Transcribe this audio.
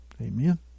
Amen